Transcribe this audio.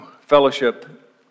fellowship